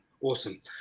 awesome